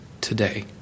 today